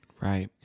Right